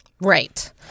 Right